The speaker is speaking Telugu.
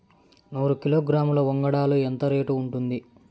నూరు కిలోగ్రాముల వంగడాలు ఎంత రేటు ఉంటుంది?